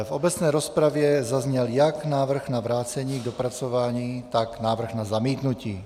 V obecné rozpravě zazněl jak návrh na vrácení k dopracování, tak návrh na zamítnutí.